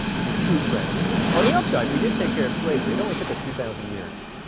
is a true tragedy. on the upside, we did take care of slavery. it only took us two thousand years.